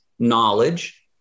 Knowledge